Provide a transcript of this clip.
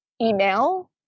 email